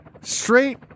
straight